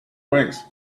wings